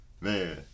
Man